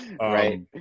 right